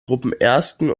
gruppenersten